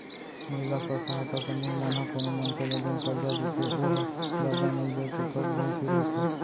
महिला स्व सहायता समूह मन ह कोनो मनसे ल जेन करजा देथे ओहा जादा नइ देके थोक बहुत ही रहिथे